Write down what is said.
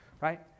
right